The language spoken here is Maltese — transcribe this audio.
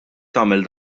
tagħmel